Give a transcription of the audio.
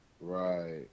Right